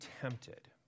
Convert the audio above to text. tempted